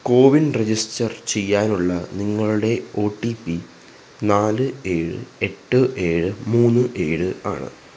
CoWIN register ചെയ്യാനുള്ള നിങ്ങളുടെ O T P നാല് ഏഴ് എട്ട് ഏഴ് മൂന്ന് ഏഴ് ആണ്